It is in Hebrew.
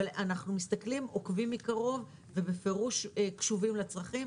אבל אנחנו מסתכלים ועוקבים מקרוב ובפירוש קשובים לצרכים.